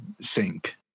sink